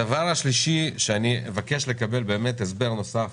הדבר השלישי שאבקש לקבל הסבר נוסף